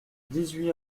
dix